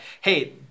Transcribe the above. hey